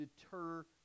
deter